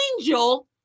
angel